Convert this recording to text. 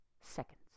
seconds